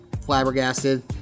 flabbergasted